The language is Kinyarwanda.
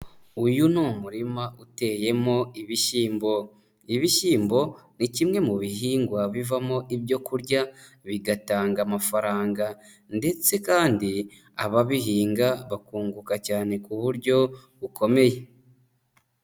Uyu ni umurima uteyemo ibishyimbo. Ibishyimbo ni kimwe mu bihingwa bivamo ibyo kurya bigatanga amafaranga. Ndetse kandi ababihinga bakunguka cyane ku buryo bukomeye.